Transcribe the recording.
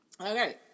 Okay